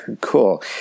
Cool